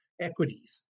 equities